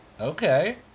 okay